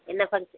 என்ன ஃபங்க்ஷன்